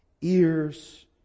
ears